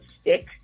stick